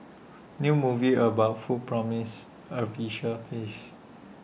new movie about food promises A visual feast